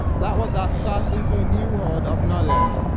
that was our start into a new world of knowledge.